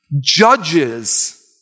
judges